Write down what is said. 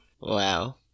Wow